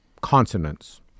consonants